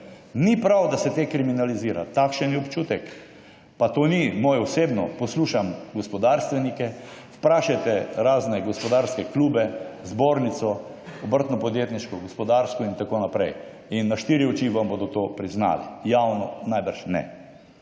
Ni prav, da se te kriminalizira. Takšen je občutek. Pa to ni moj osebno, poslušam gospodarstvenike, vprašajte razne gospodarske klube, zbornico, Obrtno-podjetniško, Gospodarsko in tako naprej. In na štiri oči vam bodo to priznali, javno najbrž ne.